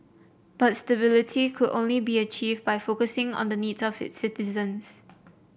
but stability could only be achieved by focusing on the needs of its citizens